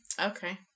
Okay